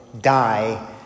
die